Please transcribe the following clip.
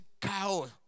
chaos